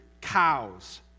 cows